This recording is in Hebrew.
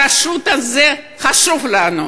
הרשות הזאת חשובה לנו.